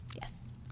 Yes